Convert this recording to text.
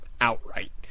outright